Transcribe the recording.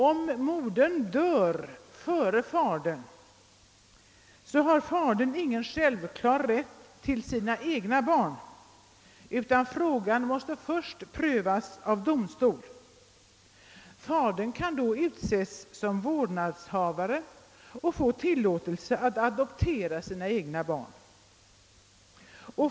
Om modern dör före fadern, har fadern ingen självklar rätt till sina egna barn, utan frågan måste först prövas av domstol. Fadern kan då utses som vårdnadshavare och få tillåtelse att adoptera sina egna barn.